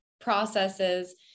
processes